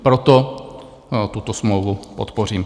Proto tuto smlouvu podpořím.